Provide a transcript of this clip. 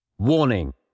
Warning